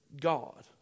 God